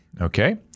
okay